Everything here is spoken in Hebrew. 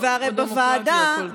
הרי בוועדה,